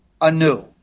anew